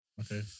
Okay